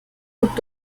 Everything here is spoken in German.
gut